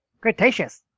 Cretaceous